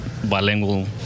Bilingual